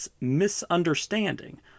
misunderstanding